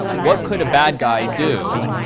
what could a bad guy do